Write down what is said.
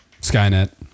Skynet